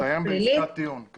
זה הסתיים בעסקת טיעון.